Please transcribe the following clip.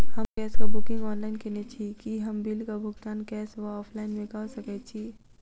हम गैस कऽ booking online केने छी, की हम बिल कऽ भुगतान कैश वा ऑफलाइन मे कऽ सकय छी?